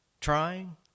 Trying